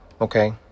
Okay